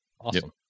Awesome